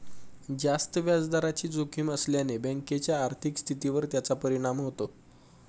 जास्त व्याजदराची जोखीम असल्याने बँकेच्या आर्थिक स्थितीवर याचा परिणाम होतो